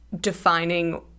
defining